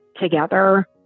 together